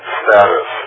status